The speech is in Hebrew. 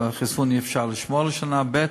חיסון אי-אפשר לשמור לשנה, ב.